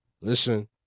Listen